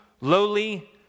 lowly